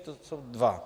To jsou dva.